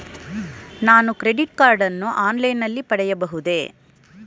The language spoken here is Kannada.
ನಾನು ಕ್ರೆಡಿಟ್ ಕಾರ್ಡ್ ಅನ್ನು ಆನ್ಲೈನ್ ನಲ್ಲಿ ಪಡೆಯಬಹುದೇ?